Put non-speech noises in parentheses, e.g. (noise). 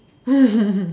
(laughs)